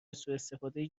سواستفاده